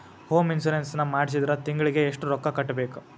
Home insurance ನ ಮಾಡ್ಸಿದ್ರ ತಿಂಗ್ಳಿಗೆ ಎಷ್ಟ್ ರೊಕ್ಕಾ ಕಟ್ಬೇಕ್?